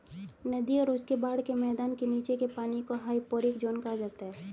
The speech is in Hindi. नदी और उसके बाढ़ के मैदान के नीचे के पानी को हाइपोरिक ज़ोन कहा जाता है